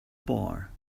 bar